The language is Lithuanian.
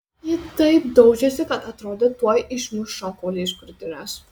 ji taip daužėsi kad atrodė tuoj išmuš šonkaulį iš krūtinės